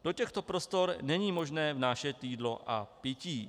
Do těchto prostor není možné vnášet jídlo a pití.